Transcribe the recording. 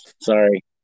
sorry